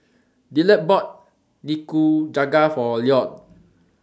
Dillard bought Nikujaga For Lloyd